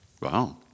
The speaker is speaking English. Wow